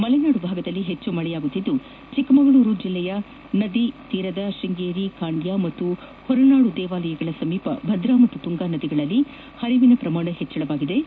ಮಲೆನಾಡು ಭಾಗದಲ್ಲಿ ಹೆಚ್ಚು ಮಳೆ ಬೀಳುತ್ತಿದ್ದು ಚಿಕ್ಕಮಗಳೂರು ಜಿಲ್ಲೆಯ ನದಿ ತೀರದ ಶೃಂಗೇರಿ ಖಾಂಡ್ಕ ಮತ್ತು ಹೊರನಾಡು ದೇವಾಲಯಗಳ ಸಮೀಪ ಭದ್ರೂ ಮತ್ತು ತುಂಗಾ ನದಿಗಳಲ್ಲಿ ಹರಿವಿನ ಪ್ರಮಾಣ ಹೆಚ್ಚಳವಾಗಿದ್ದು